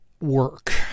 work